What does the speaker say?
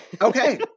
Okay